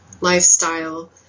lifestyle